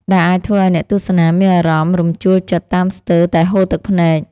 ដែលអាចធ្វើឱ្យអ្នកទស្សនាមានអារម្មណ៍រំជួលចិត្តតាមស្ទើរតែហូរទឹកភ្នែក។